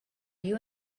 you